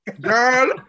Girl